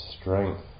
strength